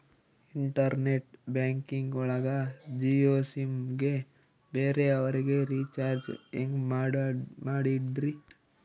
Internet banking ಒಳಗ Jio sim ಗೆ ಬೇರೆ ಅವರಿಗೆ ರೀಚಾರ್ಜ್ ಹೆಂಗ್ ಮಾಡಿದ್ರಿ?